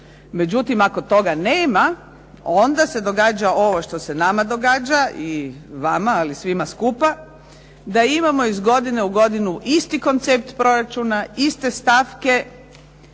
Međutim, ako toga nema onda se događa ovo što se nama događa i vama, ali svima skupa da imamo iz godine u godinu isti koncept proračuna, iste stavke